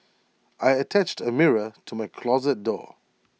I attached A mirror to my closet door